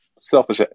selfish